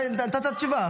אתה נתת תשובה,